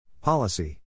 Policy